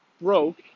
broke